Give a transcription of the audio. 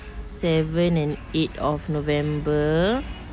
seven and eight of november